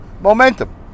Momentum